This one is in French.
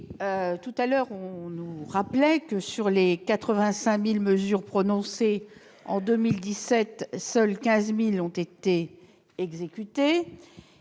Tout à l'heure, il a été rappelé que, sur les 85 000 mesures prononcées en 2017, seules 15 000 avaient été exécutées,